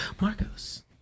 Marcos